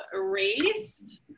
race